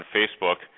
Facebook